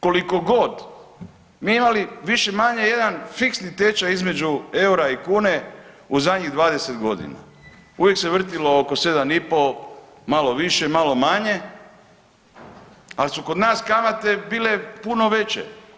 Koliko god mi imali više-manje jedan fiksni tečaj između eura i kune u zadnjih 20 godina uvijek se vrtilo oko 7 i pol, malo više, malo manje ali su kod nas kamate bile puno veće.